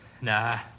Nah